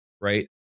right